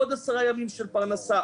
עוד עשרה ימים של פרנסה,